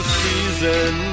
season